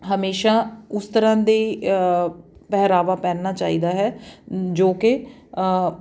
ਹਮੇਸ਼ਾ ਉਸ ਤਰ੍ਹਾਂ ਦਾ ਪਹਿਰਾਵਾ ਪਹਿਨਣਾ ਚਾਹੀਦਾ ਹੈ ਜੋ ਕਿ